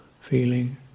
feeling